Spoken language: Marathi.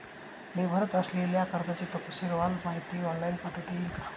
मी भरत असलेल्या कर्जाची तपशीलवार माहिती ऑनलाइन पाठवता येईल का?